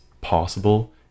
possible